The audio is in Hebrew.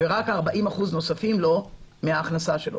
ורק 40% נוספים לו מההכנסה שלו.